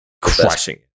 crushing